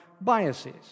biases